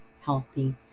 healthy